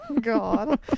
God